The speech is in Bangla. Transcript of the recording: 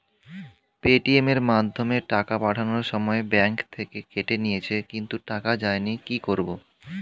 পেটিএম এর মাধ্যমে টাকা পাঠানোর সময় ব্যাংক থেকে কেটে নিয়েছে কিন্তু টাকা যায়নি কি করব?